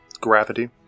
gravity